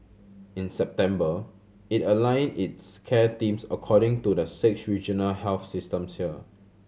in September it aligned its care teams according to the six regional health systems here